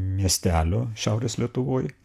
miestelio šiaurės lietuvoj